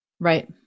Right